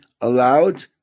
allowed